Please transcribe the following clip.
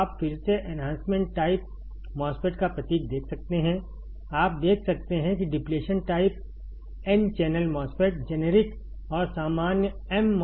आप फिर से एन्हांसमेंट टाइप MOSFET का प्रतीक देख सकते हैं आप देख सकते हैं कि depletion type n channel MOSFET generic और सामान्य m MOSFET